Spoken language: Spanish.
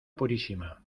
purísima